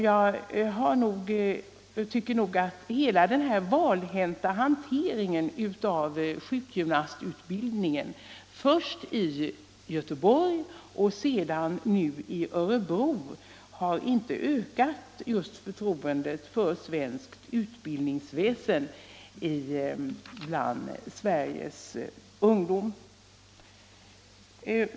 Jag tycker att hela den här valhänta hanteringen av sjukgymnastutbildningen först i Göteborg och nu i Örebro inte har ökat förtroendet för svenskt utbildningsväsen bland Sveriges ungdom.